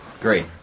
Great